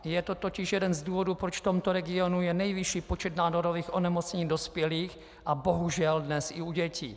Je to totiž jeden z důvodů, proč v tomto regionu je nejvyšší počet nádorových onemocnění u dospělých a bohužel dnes i u dětí.